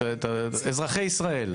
אזרחי ישראל,